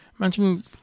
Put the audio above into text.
Imagine